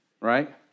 right